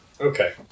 Okay